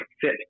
fit